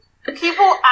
People